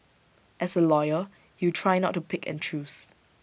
as A lawyer you try not to pick and choose